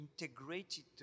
integrated